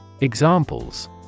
Examples